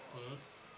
mm